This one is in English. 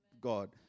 God